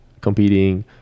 competing